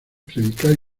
predicar